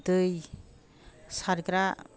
दै सारग्रा